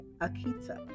Akita